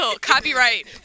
copyright